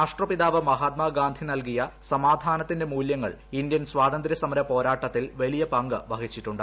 രാഷ്ട്രപിതാവ് മഹാത്മാഗാന്ധി നൽകിയ സമാധാനത്തിന്റെ മൂലൃങ്ങൾ ഇന്ത്യൻ സ്വാതന്ത്ര്യ സമര പോരാട്ടത്തിൽ വലിയ പങ്ക് വഹിച്ചിട്ടുണ്ട്